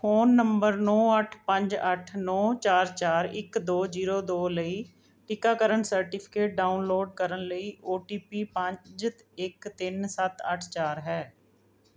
phone number ਨੌ ਅੱਠ ਪੰਜ ਅੱਠ ਨੌ ਚਾਰ ਚਾਰ ਇੱਕ ਦੋ ਜੀਰੋ ਦੋ ਲਈ ਟੀਕਾਕਰਨ ਸਰਟੀਫਿਕੇਟ ਡਾਊਨਲੋਡ ਕਰਨ ਲਈ ਓ ਟੀ ਪੀ ਪੰਜ ਇੱਕ ਤਿੰਨ ਸੱਤ ਅੱਠ ਚਾਰ ਹੈ